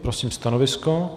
Prosím stanovisko.